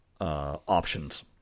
options